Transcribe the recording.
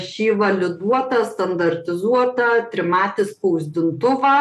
šį validuotą standartizuotą trimatį spausdintuvą